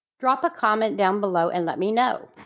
drop a comment down below and let me know.